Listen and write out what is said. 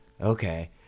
okay